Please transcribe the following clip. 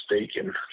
mistaken